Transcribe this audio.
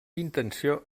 intenció